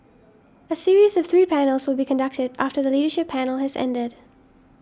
a series of three panels will be conducted after the leadership panel has ended